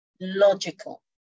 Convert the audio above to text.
logical